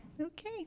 Okay